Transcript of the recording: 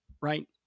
right